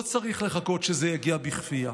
לא צריך לחכות שזה יגיע בכפייה.